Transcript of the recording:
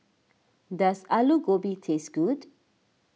does Alu Gobi taste good